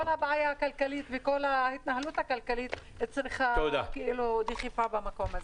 כל הבעיה הכלכלית וכל ההתנהלות הכלכלית צריכה דחיפה במקום הזה.